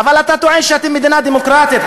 אבל אתה טוען שאתם מדינה דמוקרטית,